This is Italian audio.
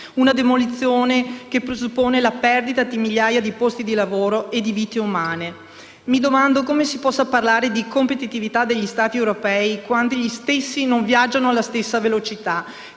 Una demolizione che presuppone la perdita di migliaia di posti di lavoro e di vite umane. Mi domando come si possa parlare di competitività degli Stati europei, quando gli stessi non viaggiano alla stessa velocità.